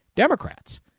Democrats